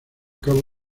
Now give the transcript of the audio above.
cabo